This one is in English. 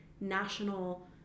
national